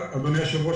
אדוני היושב-ראש,